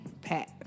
Pat